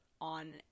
on